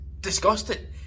disgusted